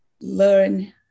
learn